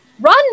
run